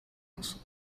osób